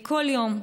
כל יום,